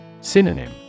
Synonym